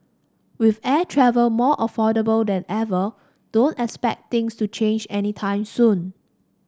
with air travel more affordable than ever don't expect things to change any time soon